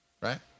right